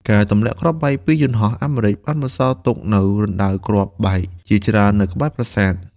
ការទម្លាក់គ្រាប់បែកពីយន្តហោះអាមេរិកបានបន្សល់ទុកនូវរណ្តៅគ្រាប់បែកជាច្រើននៅក្បែរប្រាសាទ។